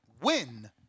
win